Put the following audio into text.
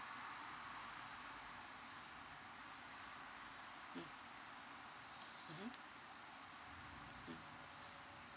mm mmhmm mm